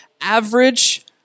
average